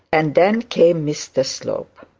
and then came mr slope.